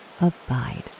abide